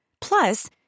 Plus